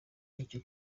n’icyo